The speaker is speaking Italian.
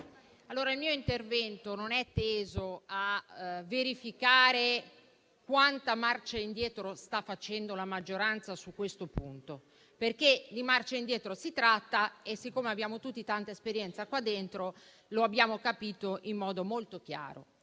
il mio intervento non è teso a verificare quanta marcia indietro sta facendo la maggioranza su questo punto. Di marcia indietro si tratta e, siccome abbiamo tutti tanta esperienza qua dentro, lo abbiamo capito in modo molto chiaro.